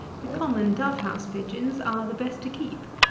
the common dove-house pigeons are the best to keep.